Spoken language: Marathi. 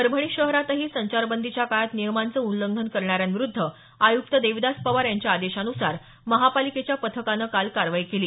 परभणी शहरातही संचारबंदीच्या काळात नियमांचं उल्लंघन करण्याऱ्यांविरुद्ध आयुक्त देविदास पवार यांच्या आदेशानुसार महापालिकेच्या पथकानं काल कारवाई केली